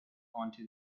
onto